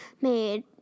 made